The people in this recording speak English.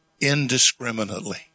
indiscriminately